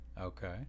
Okay